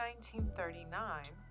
1939